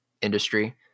industry